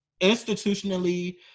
institutionally